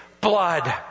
blood